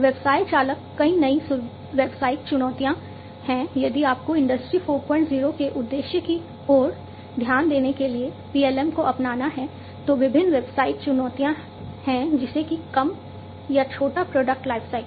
व्यवसाय चालक कई नई व्यावसायिक चुनौतियां हैं यदि आपको इंडस्ट्री 40 के उद्देश्य की ओर ध्यान देने के लिए PLM को अपनाना है तो विभिन्न व्यावसायिक चुनौतियां हैं जैसे कि कम या छोटा प्रोडक्ट लाइफसाइकिल